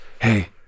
Hey